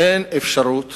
אין אפשרות